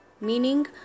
meaning